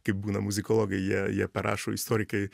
kaip būna muzikologai jei jie parašo istorikai